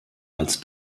als